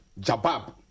Jabab